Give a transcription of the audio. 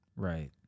Right